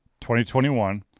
2021